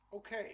Okay